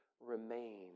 remain